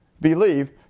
believe